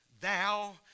thou